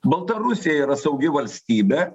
baltarusija yra saugi valstybė